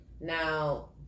Now